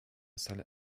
salę